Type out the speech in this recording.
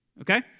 Okay